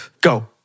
Go